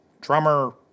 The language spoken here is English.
drummer